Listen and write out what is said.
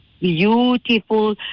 beautiful